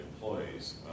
employees